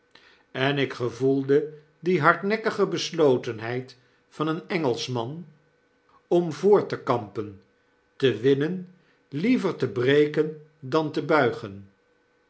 en ik gevoelde die hardnekkige beslotenheid van een engelschman om voort te kampen te winnen liever te breken dan te buigen